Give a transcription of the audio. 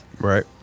Right